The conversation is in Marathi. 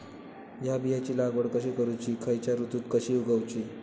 हया बियाची लागवड कशी करूची खैयच्य ऋतुत कशी उगउची?